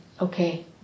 Okay